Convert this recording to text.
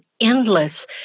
endless